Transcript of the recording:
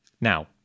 Now